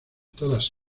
todas